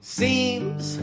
seems